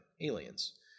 Aliens